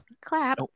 clap